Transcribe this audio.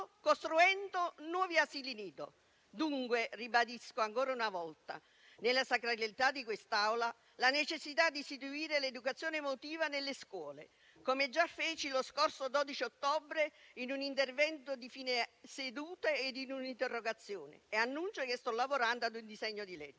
costruendo nuovi asili nido. Dunque ribadisco ancora una volta, nella sacralità di quest'Aula, la necessità di istituire l'educazione emotiva nelle scuole, come già feci lo scorso 12 ottobre in un intervento di fine seduta e anche in un'interrogazione. Annuncio che sto lavorando ad un disegno di legge